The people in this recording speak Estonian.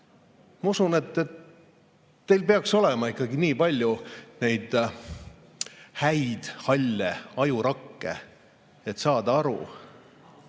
Ma usun, et teil peaks olema ikkagi nii palju neid häid halle ajurakke, et saada aru,